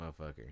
motherfucker